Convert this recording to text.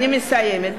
אני מסיימת.